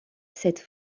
cette